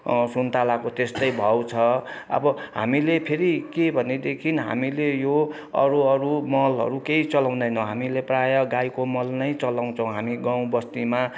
सुन्तलाको त्यस्तै भाउ छ अब हामीले फेरि के भनेदेखि हामीले यो अरू अरू मलहरू केही चलाउँदैनौँ हामीले प्रायः गाईको मल नै चलाउँछौँ हामी गाउँबस्तीमा